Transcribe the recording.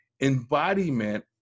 embodiment